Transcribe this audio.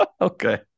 Okay